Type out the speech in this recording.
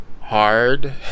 hard